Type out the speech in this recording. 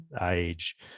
age